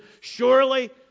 Surely